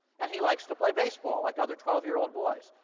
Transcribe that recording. and he likes to play baseball like other twelve year old boys.